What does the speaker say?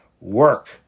work